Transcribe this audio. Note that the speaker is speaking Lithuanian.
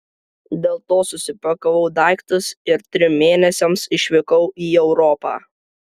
dėl to susipakavau daiktus ir trim mėnesiams išvykau į europą